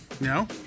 No